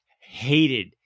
hated